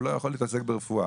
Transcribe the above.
הוא לא יכול להתעסק ברפואה.